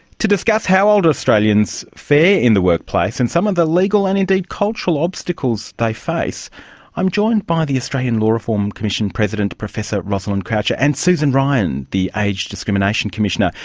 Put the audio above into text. to discuss how older australians fare in the workplace and some of the legal and indeed cultural obstacles they face i'm joined by the australian law reform commission president, professor rosalind croucher, and susan ryan, the age discrimination commissioner,